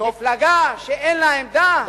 מפלגה שאין לה עמדה?